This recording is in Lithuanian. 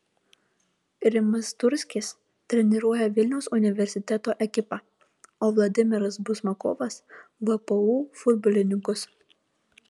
rimas turskis treniruoja vilniaus universiteto ekipą o vladimiras buzmakovas vpu futbolininkus